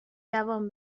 جوان